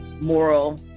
moral